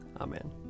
Amen